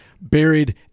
buried